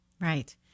Right